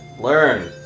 Learn